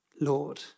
Lord